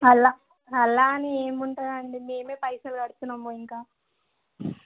అలా అలా అని ఏమి ఉండడు అండి మేమే పైసలు కడుతున్నాము ఇంకా